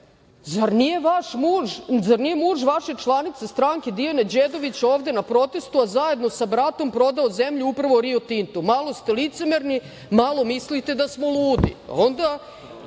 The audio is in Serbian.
zar nije muž vaše članice stranke Dijane Đedović ovde na protestu, a zajedno sa bratom prodao zemlju upravo „Rio Tintu“ malo ste licemerni, malo mislite da smo ludi. Onda